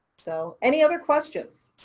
so any other questions?